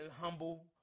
humble